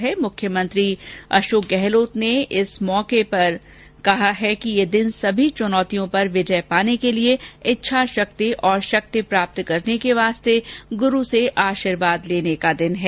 इस अवसर पर श्री गहलोत ने कहा कि यह दिन सभी चुनौतियों पर विजय पाने के लिए ईच्छा शक्ति और शक्ति प्राप्त करने के वास्ते गुरू से आशीर्वाद लेने का दिन है